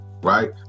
Right